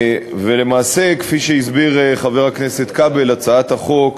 למעשה, כפי שהסביר חבר הכנסת כבל, הצעת החוק